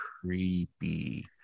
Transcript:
Creepy